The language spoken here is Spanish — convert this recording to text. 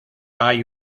hay